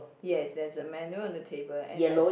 yes there's a menu on the table and I